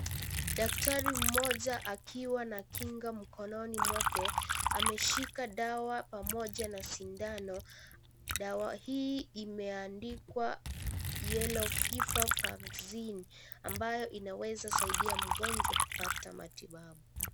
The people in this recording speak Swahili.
Daktari mmoja akiwa na kinga mkononi mwake ameshika dawa pamoja na sindano. Dawa hii imeandikwa yellow fever vaccine ambayo inaweza kusaida mgonjwa kupata matibabu.